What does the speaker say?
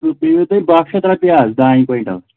سُہ پیٚیِوٕ تۄہہِ بَہہ شَتھ رۄپیہِ حظ دانہِ کویِنٛٹل